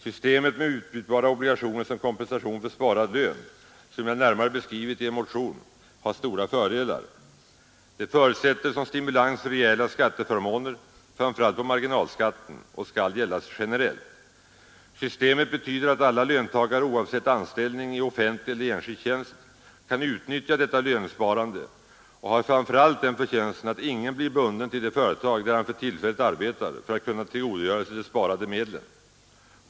Systemet med utbytbara obligationer som kompensation för sparad lön, som jag närmare beskrivit i en motion, har stora fördelar. Det förutsätter som stimulans rejäla skatteförmåner, framför allt på marginalskatten, och skall gälla generellt. Systemet betyder att alla löntagare, oavsett anställning i offentlig eller enskild tjänst, kan utnyttja detta lönsparande, och det har framför allt den förtjänsten att ingen blir bunden till det företag där han för tillfället arbetar för att kunna tillgodogöra sig de sparade medlen.